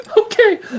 Okay